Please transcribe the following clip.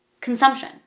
consumption